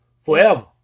forever